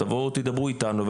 תדברו איתנו,